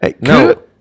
No